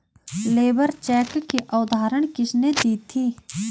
Labour cheque की अवधारणा किसने दी थी?